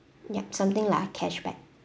yup something like a cashback